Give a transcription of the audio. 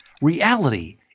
Reality